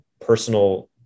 personal